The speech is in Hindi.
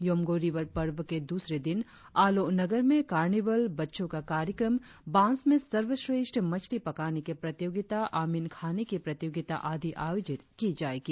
योमगो रीवर पर्व के द्रसरे दिन आलो नगर में कारनिवल बच्चों का कार्यक्रम बांस में सर्वश्रेष्ठ मछली पकाने की प्रतियोगिता अमिन खाने की प्रतियोगिता आदि आयोजित की जाएगी